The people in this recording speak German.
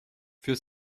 für